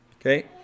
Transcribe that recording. Okay